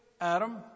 Adam